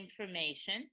information